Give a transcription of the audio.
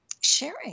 sharing